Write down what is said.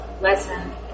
lesson